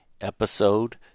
Episode